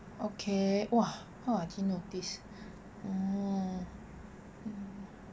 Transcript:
okay !wah! how I didn't notice oh